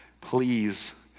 Please